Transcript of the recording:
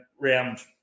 round